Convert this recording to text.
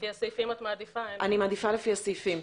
אני מעדיפה לפי הסעיפים.